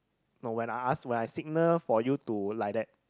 no when I ask when I signal for you to like that